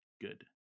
good